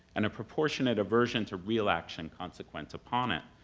and a proportionate aversion to real action consequent upon it.